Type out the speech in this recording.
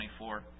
24